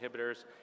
inhibitors